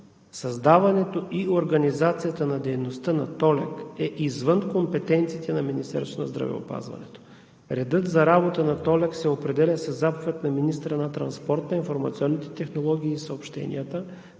Създаването и организацията на дейността на ТОЛЕК е извън компетенциите на Министерството на здравеопазването. Редът за работа на ТОЛЕК се определя със заповед на министъра на транспорта, информационните технологии и съобщенията